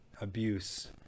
abuse